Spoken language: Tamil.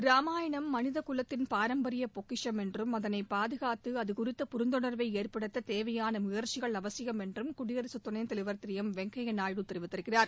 ராமாயணம் மனித குலத்தின் பாரம்பரிய பொக்கிஷம் என்றும் அதனை பாதுகாத்து பரப்பி அது குறித்த புரிந்துணர்வை ஏற்படுத்த தேவையான முயற்சிகள் அவசியம் என்றும் குபடிரசு துணைத் தலைவர் திரு எம் வெங்கய்யா நாயுடு கூறியிருக்கிறார்